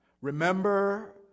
Remember